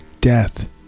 death